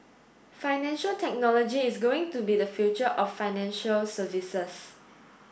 financial technology is going to be the future of financial services